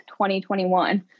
2021